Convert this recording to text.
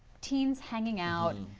teens hanging out.